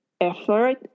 effort